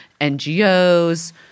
NGOs